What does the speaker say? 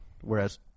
Whereas